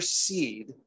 seed